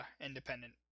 independent